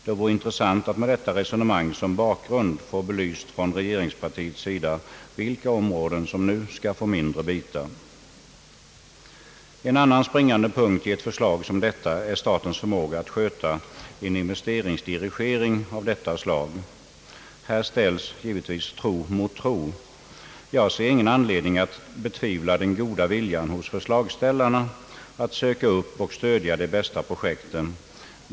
Det vore intressant att med detta resonemang som bakgrund få belyst från regeringspartiets sida vilka områden som nu skall få mindre bitar. En annan springande punkt i ett förslag som detta är statens förmåga att sköta en investeringsdirigering av detta slag. Här ställs tro mot tro. Jag ser ingen anledning att betvivla den goda viljan hos förslagsställarna att söka upp och stödja de bästa projekten.